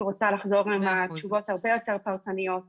רוצה לחזור עם התשובות הרבה יותר פרטניות לוועדה.